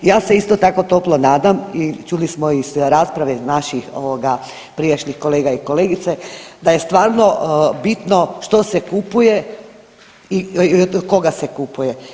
Ja se isto tako toplo nadam i čuli smo iz rasprave naših prijašnjih kolega i kolegica da je stvarno bitno što se kupuje i od koga se kupuje.